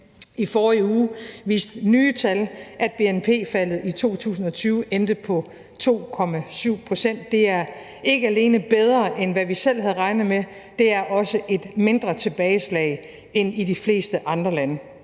I forrige uge viste nye tal, at bnp-faldet i 2020 endte på 2,7 pct. Det er ikke alene bedre, end hvad vi selv havde regnet med; det er også et mindre tilbageslag end i de fleste andre lande.